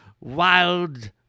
wild